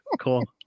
Cool